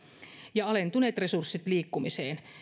ja alentuneet resurssit liikkumiseen